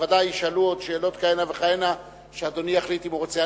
בוודאי ישאלו עוד שאלות כהנה וכהנה שאדוני יחליט אם הוא רוצה.